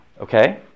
Okay